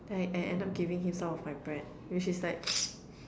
then I I end up giving him some of my bread which is like